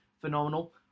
phenomenal